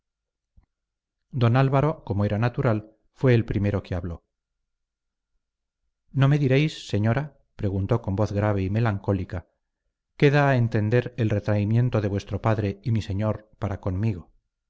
don álvaro como era natural fue el primero que habló no me diréis señora preguntó con voz grave y melancólica qué da a entender el retraimiento de vuestro padre y mi señor para conmigo